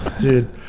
Dude